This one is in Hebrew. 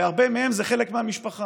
בהרבה מהם זה חלק מהמשפחה,